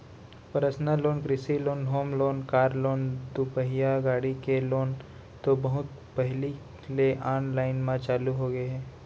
personal loan, कृषि loan, home loan, car loan, दुपहिया गाड़ी के लोन तो बहुत पहिली ले आनलाइन म चालू होगे हे